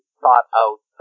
thought-out